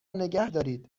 نگهدارید